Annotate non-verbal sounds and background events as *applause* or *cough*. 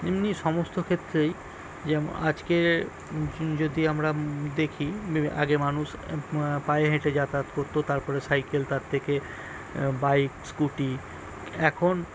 এমনি সমস্ত ক্ষেত্রেই যেমন আজকে যদি আমরা দেখি *unintelligible* আগে মানুষ পায়ে হেঁটে যাতায়াত করত তার পরে সাইকেল তার থেকে বাইক স্কুটি এখন